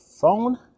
phone